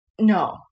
No